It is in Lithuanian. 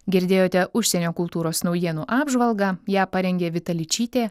girdėjote užsienio kultūros naujienų apžvalgą ją parengė vita ličytė